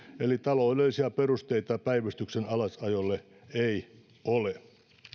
eli taloudellisia perusteita päivystyksen alasajolle ei ole